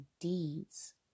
deeds